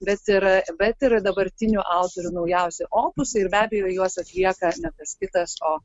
bet ir bet ir dabartinių autorių naujausi opusai ir be abejo juos atlieka ne kas kitas o